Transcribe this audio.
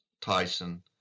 Tyson